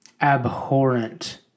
abhorrent